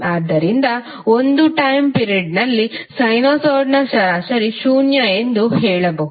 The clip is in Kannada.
ಆದ್ದರಿಂದ ಒಂದು ಟಯ್ಮ್ ಪಿರಡ್ ನಲ್ಲಿ ಸೈನುಸಾಯ್ಡ್ನ ಸರಾಸರಿ ಶೂನ್ಯ ಎಂದು ಹೇಳಬಹುದು